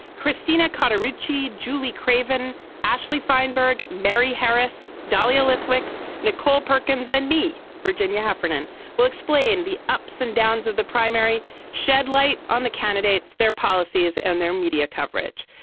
christina carter richey julie craven ashley feinberg mary harris dahlia lithwick nicole perkins and me. virginia heffernan will explain the ups and downs of the primary shed light on the candidates their policies and their media coverage.